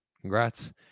congrats